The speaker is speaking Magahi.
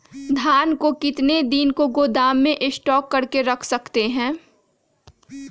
धान को कितने दिन को गोदाम में स्टॉक करके रख सकते हैँ?